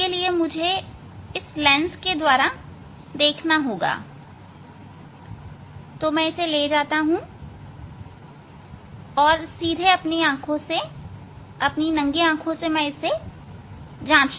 मुझे इस लेंस के द्वारा देखना होगा तो मैं इसे ले जाता हूं और अपनी नंगी आंखों से इसे जांचता हूं